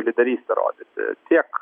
lyderystę rodyti tiek